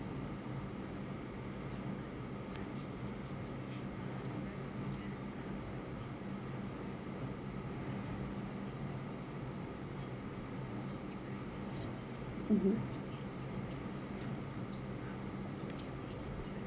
mmhmm